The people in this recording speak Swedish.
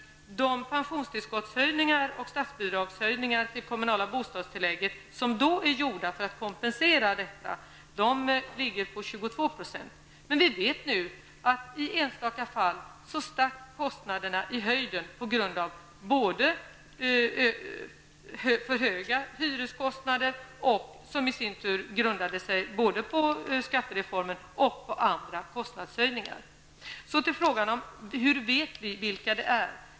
De höjningar av pensionstillskott och statsbidrag till kommunala bostadstillägg som är gjorda för att kompensera detta ligger på 22 %. Men vi vet nu att i enstaka fall stack kostnaderna i höjden på grund av för höga hyreskostnader, som i sin tur hade sin grund i skattereformen och andra kostnadshöjningar. Så till frågan om hur vi vet vilka det är.